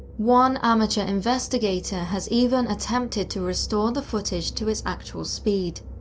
one amateur investigator has even attempted to restore the footage to its actual speed.